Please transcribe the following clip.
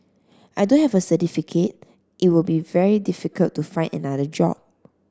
I don't have a certificate it will be very difficult to find another job